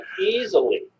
easily